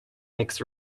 makes